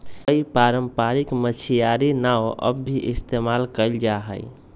कई पारम्परिक मछियारी नाव अब भी इस्तेमाल कइल जाहई